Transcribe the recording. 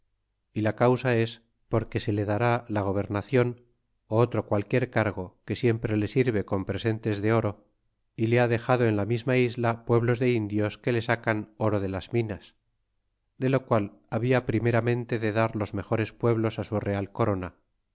y la causa es por que se le dará la gobernacion otro cualquier cargo que siempre le sirve con presentes de oro y le ha dexado en la misma isla pueblos de indios que le sacan oro de las minas de lo qual habla primeramente de dar los mejores pueblos su real corona